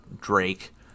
Drake